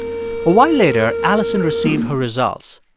while later, alison received her results.